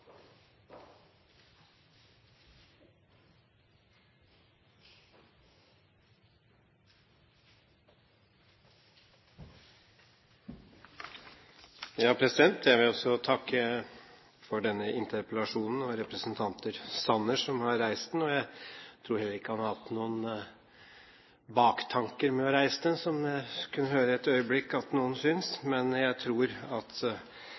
Sanner som har reist denne interpellasjonen. Jeg tror heller ikke at han hatt noen baktanker med å reise den, som det et øyeblikk kunne høres ut som om noen syntes – jeg tror at